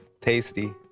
Tasty